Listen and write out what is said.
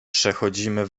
przechodzimy